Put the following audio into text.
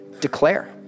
declare